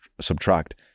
subtract